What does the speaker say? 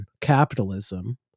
capitalism